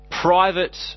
private